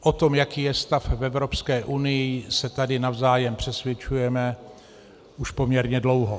O tom, jaký je stav v Evropské unii, se tady navzájem přesvědčujeme už poměrně dlouho.